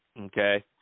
Okay